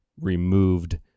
removed